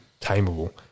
tameable